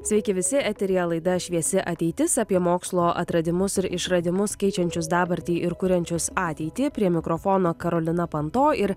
sveiki visi eteryje laida šviesi ateitis apie mokslo atradimus ir išradimus keičiančius dabartį ir kuriančius ateitį prie mikrofono karolina panto ir